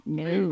no